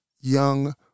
young